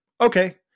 okay